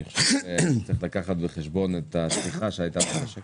אני חושב שצריך לקחת בחשבון את הצמיחה שהייתה במשק